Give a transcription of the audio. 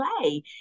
play